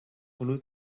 colui